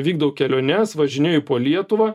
vykdau keliones važinėju po lietuvą